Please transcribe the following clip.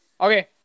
Okay